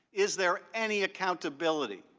is there any accountability,